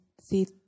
see